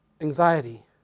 anxiety